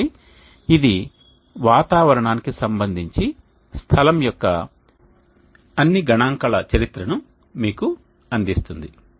కాబట్టి ఇది వాతావరణానికి సంబంధించి స్థలం యొక్క అన్ని గణాంక గణాంకాల చరిత్రను మీకు అందిస్తుంది